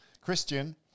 Christian